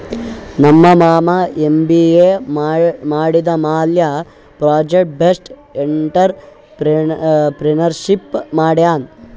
ನಮ್ ಮಾಮಾ ಎಮ್.ಬಿ.ಎ ಮಾಡಿದಮ್ಯಾಲ ಪ್ರೊಜೆಕ್ಟ್ ಬೇಸ್ಡ್ ಎಂಟ್ರರ್ಪ್ರಿನರ್ಶಿಪ್ ಮಾಡ್ಯಾನ್